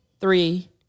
three